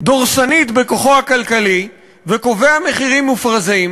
דורסנית בכוחו הכלכלי וקובע מחירים מופרזים,